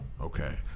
Okay